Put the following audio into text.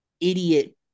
idiot